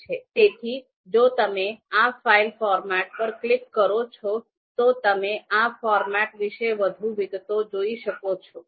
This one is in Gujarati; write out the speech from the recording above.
તેથી જો તમે આ ફાઇલ ફોર્મેટ પર ક્લિક કરો છો તો તમે આ ફોર્મેટ વિશે વધુ વિગતો જોઈ શકો છો